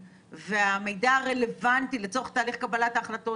והמידע הרלוונטי לצורך תהליך קבלת ההחלטות,